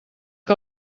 que